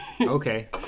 okay